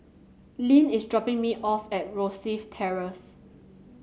Linn is dropping me off at Rosyth Terrace